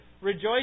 Rejoice